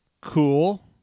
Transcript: cool